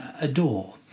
adore